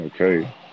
Okay